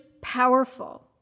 powerful